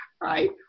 right